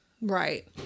right